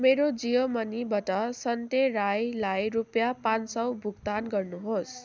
मेरो जियो मनीबाट सन्ते राईलाई रुपियाँ पाँच सौ भुक्तान गर्नुहोस्